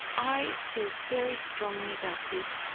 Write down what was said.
i feel very strongly about this,